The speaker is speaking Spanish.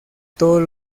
todos